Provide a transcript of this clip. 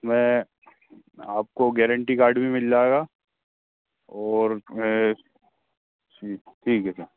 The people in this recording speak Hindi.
उसमें आपको गैरन्टी कार्ड भी मिल जाएगा और ठीक ठीक है सर